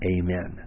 Amen